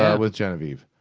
ah with genevieve.